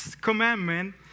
commandment